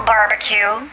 Barbecue